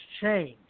change